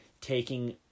taking